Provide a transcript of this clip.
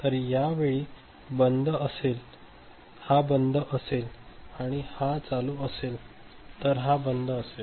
तर यावेळी हा बंद असेल आणि जर हा चालू असेल तर हा बंद असेल